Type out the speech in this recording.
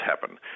happen